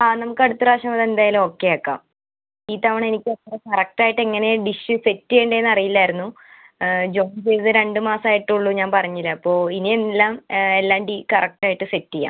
ആ നമുക്ക് അടുത്ത പ്രാവശ്യം വരുമ്പോൾ എന്തായാലും ഓക്കെയാക്കാം ഈ തവണ എനിക്കത്ര കറക്റ്റായിട്ടെങ്ങനെയാ ഡിഷ് സെറ്റ് ചെയ്യേണ്ടത് എന്ന് അറിയില്ലായിരുന്നു ജോയിൻ ചെയ്ത് രണ്ട് മാസം ആയിട്ടുള്ളു ഞാൻ പറഞ്ഞില്ലെ അപ്പോൾ ഇനി എല്ലാം എല്ലാം ഡി കറക്റ്റായിട്ട് സെറ്റ് ചെയ്യാം